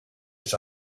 its